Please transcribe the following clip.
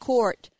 Court